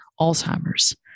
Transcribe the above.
Alzheimer's